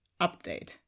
update